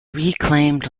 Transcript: reclaimed